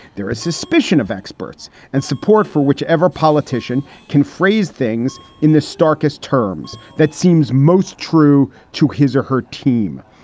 there is suspicion of experts and support for whichever politician can phrase things in the starkest terms that seems most true to his or her team.